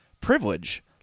privilege